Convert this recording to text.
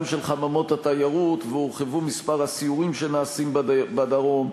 גם של חממות התיירות והורחב מספר הסיורים שנעשו בדרום,